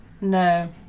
No